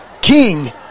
King –